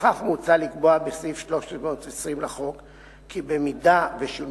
לפיכך מוצע לקבוע בסעיף 320 לחוק כי אם שולמה